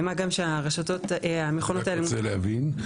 אני רק רוצה להבין,